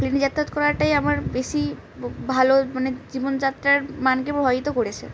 প্লেনে যাত্রা করাটাই আমার বেশি ভালো মানে জীবনযাত্রার মানকে প্রভাবিত করেছে